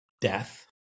death